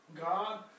God